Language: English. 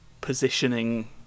positioning